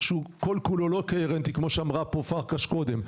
שהוא כל כולו לא קוהרנטי כמו שאמרה פה פרקש קודם,